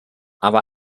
aber